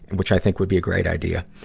which i think would be a great idea.